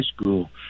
school